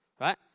right